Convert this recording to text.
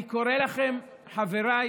אני קורא לכם, חבריי